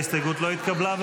ההסתייגות לא התקבלה.